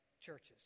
churches